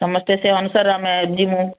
ସମସ୍ତେ ସେହି ଅନୁସାରେ ଆମେ ଯିମୁ